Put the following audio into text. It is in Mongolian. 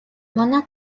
манай